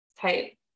type